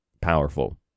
powerful